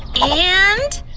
and!